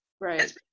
Right